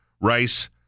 rice